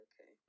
Okay